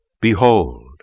Behold